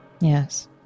Yes